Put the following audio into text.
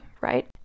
right